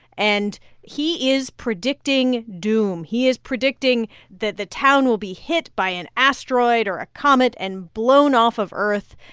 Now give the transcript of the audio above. and he is predicting doom. he is predicting that the town will be hit by an asteroid or a comet and blown off of earth.